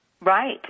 Right